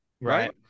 right